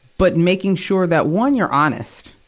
but making sure that, one, you're honest,